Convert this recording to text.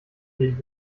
nicht